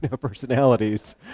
personalities